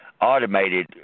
automated